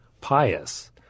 pious